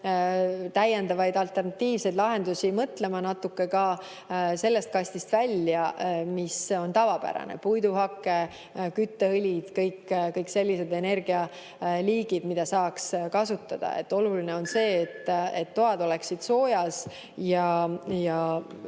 täiendavaid alternatiivseid lahendusi mõtlema natuke ka sellest kastist välja, mis on tavapärane: puiduhake, kütteõlid, kõik sellised energialiigid, mida saaks kasutada. Oluline on see, et toad oleksid soojad ja